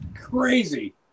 crazy